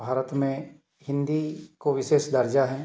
भारत में हिंदी को विशेष दर्जा है